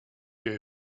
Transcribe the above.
you